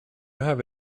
have